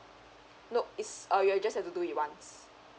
nope it's uh you just have to do it once